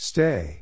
Stay